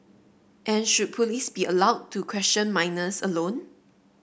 and should police be allowed to question minors alone